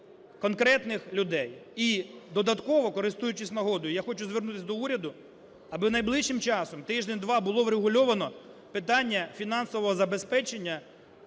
конкретних людей. І додатково, користуючись нагодою, я хочу звернутись до уряду, аби найближчим часом, тиждень-два, було врегульовано питання фінансового забезпечення